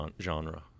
genre